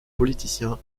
politicien